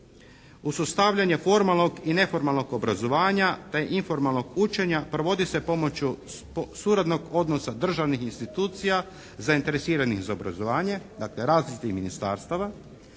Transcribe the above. Usustavljanje formalnog i neformalnog obrazovanje te informalnog učenja provodi se pomoću suradnog odnosa državnih institucija, zainteresiranih za obrazovanje, dakle različitih ministarstava,